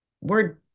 word